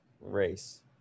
race